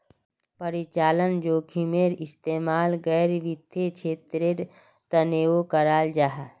परिचालन जोखिमेर इस्तेमाल गैर वित्तिय क्षेत्रेर तनेओ कराल जाहा